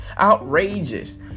outrageous